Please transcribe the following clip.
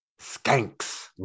skanks